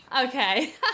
Okay